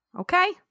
Okay